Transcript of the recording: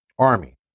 Army